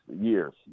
years